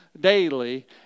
daily